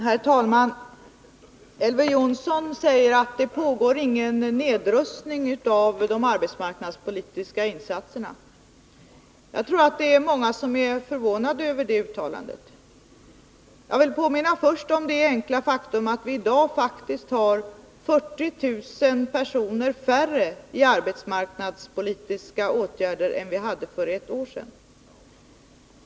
Herr talman! Elver Jonsson säger att det inte pågår någon nedrustning i fråga om de arbetsmarknadspolitiska insatserna. Jag tror att många förvånas över det uttalandet. Låt mig till att börja med påminna om det enkla faktum att vi i dag faktiskt har 40 000 personer färre sysselsatta genom arbetsmarknadspolitiska åtgärder än vi hade för ett år sedan.